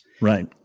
Right